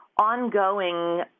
ongoing